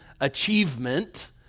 achievement